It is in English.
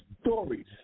stories